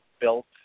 built